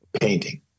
painting